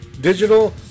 digital